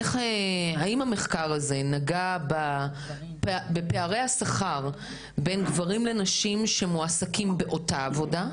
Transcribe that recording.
האם המחקר הזה נגע בפערי השכר בין גברים לנשים שמועסקים באותה עבודה?